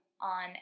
on